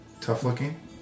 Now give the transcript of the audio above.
Tough-looking